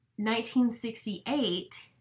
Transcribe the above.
1968